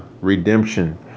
redemption